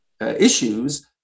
issues